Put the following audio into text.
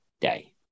day